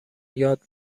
یاد